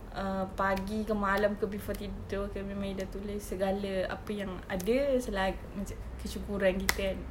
err pagi ke malam ke before tidur ke memang ida tulis segala apa yang ada sela~ macam kesyukuran kita kan